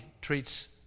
treats